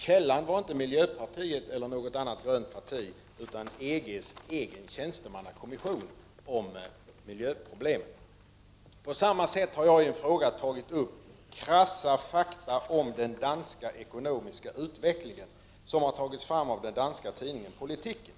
Källan var inte miljöpartiet eller något annat grönt parti, utan EG:s egen tjänstemannakommission med ansvar för miljöproblemen. Jag har i min fråga tagit upp krassa fakta om den danska ekonomiska utvecklingen som har tagits fram av den danska tidningen Politiken.